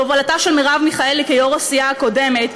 בהובלתה של מרב מיכאלי כיו"ר הסיעה הקודמת,